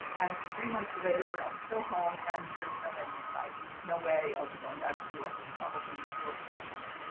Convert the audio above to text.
and three months later, i'm still home. and there's no end in sight. there's no way i'll be going back to the office probably before september.